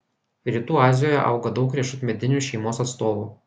rytų azijoje auga daug riešutmedinių šeimos atstovų